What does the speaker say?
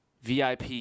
vip